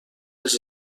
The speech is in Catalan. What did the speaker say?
les